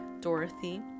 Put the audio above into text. Dorothy